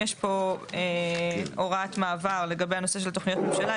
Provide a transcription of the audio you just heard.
יש פה הוראת מעבר לגבי הנושא של תוכניות ממשלה,